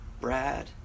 Brad